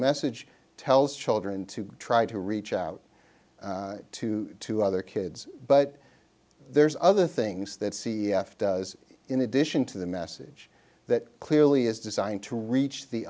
message tells children to try to reach out to to other kids but there's other things that c f does in addition to the message that clearly is designed to reach the